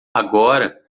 agora